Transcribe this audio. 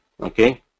Okay